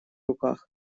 руках